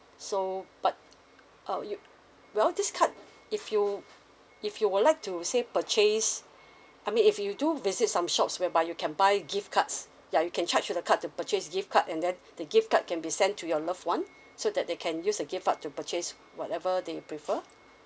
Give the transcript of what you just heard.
so but uh you well this card if you if you would like to say purchase I mean if you do visit some shops whereby you can buy gift cards ya you can charge to the card to purchase gift card and then the gift card can be send to your loved one so that they can use the gift card to purchase whatever they prefer